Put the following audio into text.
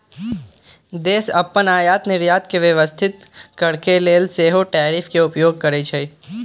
देश अप्पन आयात निर्यात के व्यवस्थित करके लेल सेहो टैरिफ के उपयोग करइ छइ